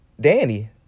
Danny